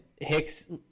Hicks –